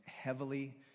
heavily